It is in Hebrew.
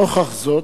נוכח זאת,